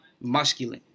muscular